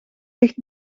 dicht